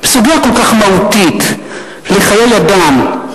סוגיה כל כך מהותית לחיי אדם,